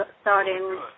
starting